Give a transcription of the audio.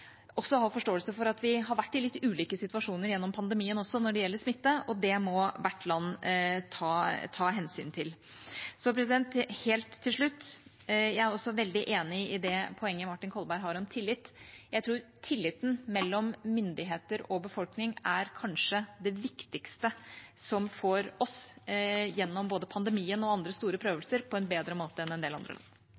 også ha forståelse for at vi har vært i litt ulike situasjoner gjennom pandemien når det gjelder smitte, og det må hvert land ta hensyn til. Helt til slutt er jeg også veldig enig i det poenget Martin Kolberg har om tillit. Jeg tror tilliten mellom myndigheter og befolkning kanskje er det viktigste som får oss gjennom både pandemien og andre store